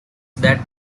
that